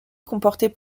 comportaient